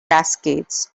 cascades